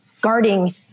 guarding